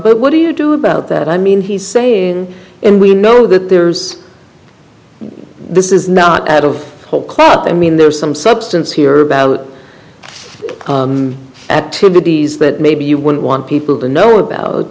but what do you do about that i mean he's saying and we know that there's this is not out of whole cloth i mean there's some substance here about two bodies that maybe you wouldn't want people to know about